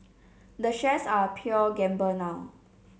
the shares are a pure gamble now